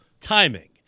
timing